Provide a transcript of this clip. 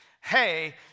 Hey